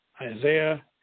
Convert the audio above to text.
Isaiah